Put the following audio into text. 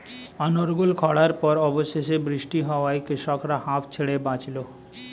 অনর্গল খড়ার পর অবশেষে বৃষ্টি হওয়ায় কৃষকরা হাঁফ ছেড়ে বাঁচল